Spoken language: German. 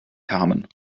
kamen